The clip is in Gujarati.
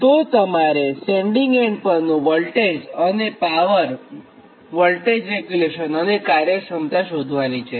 તો તમારેસેન્ડીંગ એન્ડ પરનું વોલ્ટેજ અને પાવરવોલ્ટેજ રેગ્યુલેશન અને કાર્યક્ષમતા શોધવાની છે